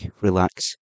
relax